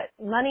money